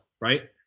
right